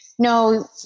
No